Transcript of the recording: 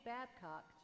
Babcock